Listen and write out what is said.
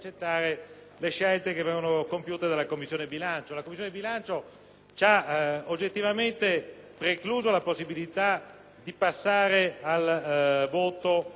ci ha oggettivamente precluso la possibilità di passare al voto del secondo comma di questo